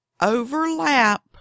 Overlap